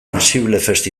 ansiblefest